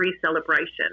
Celebration